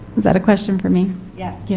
is that a question for me? yes, yeah